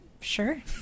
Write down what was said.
Sure